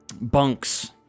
bunks